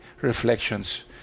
reflections